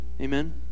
Amen